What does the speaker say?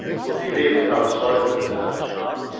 but he really felt sorry for the nervous man.